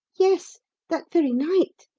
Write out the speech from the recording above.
yes that very night.